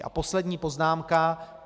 A poslední poznámka.